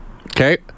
Okay